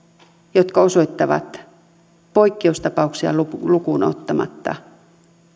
jotka osoittavat poikkeustapauksia lukuun ottamatta